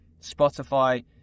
Spotify